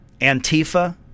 Antifa